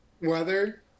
Weather